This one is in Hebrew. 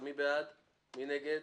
מי נגד?